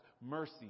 mercy